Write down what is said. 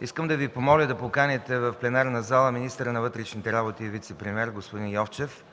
искам да Ви помоля да поканите в пленарната зала министъра на вътрешните работи и вицепремиер господин Йовчев